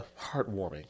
heartwarming